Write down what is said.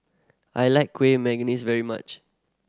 I like Kueh Manggis very much